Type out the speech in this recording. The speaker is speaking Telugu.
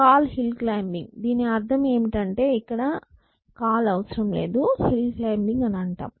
కాల్ హిల్ క్లైమ్బింగ్ దీని అర్థం ఏమిటి అంటే ఇక్కడ కాల్ అవసరం లేదు హిల్ క్లైమ్బింగ్ అని అంటాం